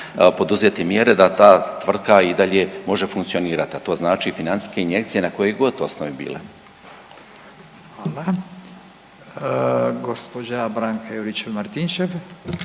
poduzeti mjere da ta tvrtka i dalje može funkcionirati, a to znači financijske injekcije na kojoj god osnovi bile. **Radin, Furio (Nezavisni)**